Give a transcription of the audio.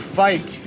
fight